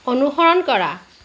অনুসৰণ কৰা